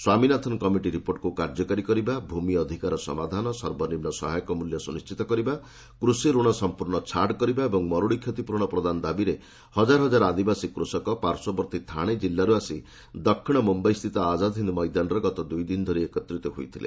ସ୍ୱାମୀ Nathan committee ରିପୋର୍ଟକୁ କାର୍ଯ୍ୟକାରୀ କରିବା ଭୂମି ଅଧିକାର ସମାଧାନ ସର୍ବନିମ୍ନ ସହାୟକ ମୂଲ୍ୟ ସୁନିଶ୍ଚିତ କରିବା କୃଷିରଣ ସମ୍ପର୍ଣ୍ଣ ଛାଡ କରିବା ଏବଂ ମରୁଡି କ୍ଷତିପ୍ରରଣ ପ୍ରଦାନ ଦାବିରେ ହଜାର ହଜାର ଆଦିବାସୀ କୃଷକ ପାଶ୍ୱବର୍ତ୍ତୀ ଥାଣେ ଜିଲ୍ଲାରୁ ଆସି ଦକ୍ଷିଣ ମୁମ୍ବାଇସ୍ଥିତ ଆକ୍ଟାଦ୍ହିନ୍ଦ ମଇଦାନରେ ଗତ ଦୁଇଦିନ ଧରି ଏକତ୍ରିତ ହୋଇଥିଲେ